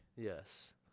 Yes